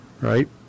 right